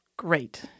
Great